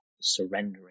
surrendering